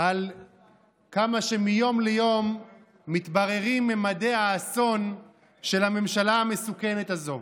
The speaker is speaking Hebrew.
על כמה שמיום ליום מתבררים ממדי האסון של הממשלה המסוכנת הזאת.